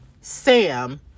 Sam